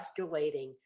escalating